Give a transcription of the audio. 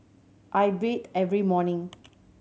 I bathe every morning